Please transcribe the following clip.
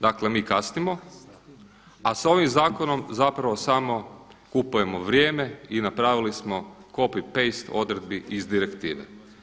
Dakle, mi kasnimo a sa ovim zakonom zapravo samo kupujemo vrijeme i napravili smo copy paste odredbi iz direktive.